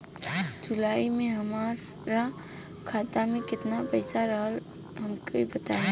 जुलाई में हमरा खाता में केतना पईसा रहल हमका बताई?